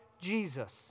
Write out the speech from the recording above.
Jesus